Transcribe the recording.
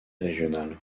régionale